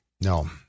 No